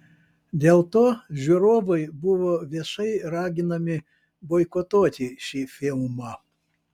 dėl to žiūrovai buvo viešai raginami boikotuoti šį filmą